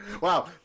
Wow